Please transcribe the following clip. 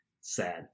Sad